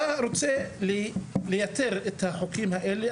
אתה רוצה לייתר את החוקים האלה,